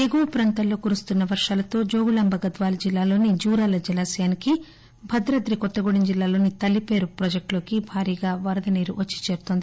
ఎగువ ప్రాంతాల్లో కురుస్తున్న వర్షాలతో జోగులాంబ గద్వాల జిల్లాలోని జురాల జలాశయానికి భద్రాద్రి కొత్తగూడెం జిల్లా లోని తాలిపేరు ప్రాజెక్టులోకి భారీగా వదరనీరు వచ్చి చేరుతోంది